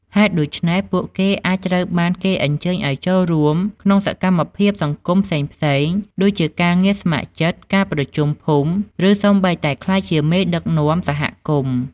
ហេតុដូច្នេះ ពួកគេអាចត្រូវបានគេអញ្ជើញឱ្យចូលរួមក្នុងសកម្មភាពសង្គមផ្សេងៗ ដូចជាការងារស្ម័គ្រចិត្ត ការប្រជុំភូមិ ឬសូម្បីតែក្លាយជាមេដឹកនាំសហគមន៍។